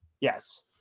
Yes